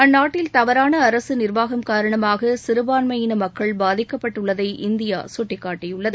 அந்நாட்டில் தவறான அரசு நிர்வாகம் காரணமாக சிறபான்மையின மக்கள் பாதிக்கப்பட்டுள்ளதை இந்தியா சுட்டிக்காட்டியுள்ளது